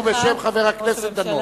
בשמך ובשם חבר הכנסת דנון.